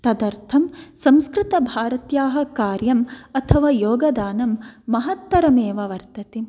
तदर्थं संस्कृतभारत्याः कार्यम् अथवा योगदानं महत्तरमेव वर्तते